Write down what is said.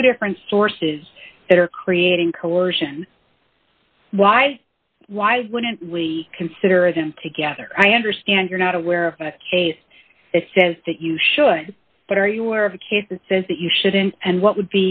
two different forces that are creating collusion why why wouldn't we consider them together i understand you're not aware of a case that says that you should but are you aware of a case that says that you shouldn't and what would